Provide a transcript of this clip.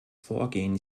vorgehen